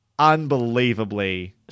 unbelievably